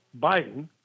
Biden